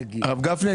גפני,